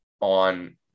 on